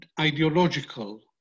ideological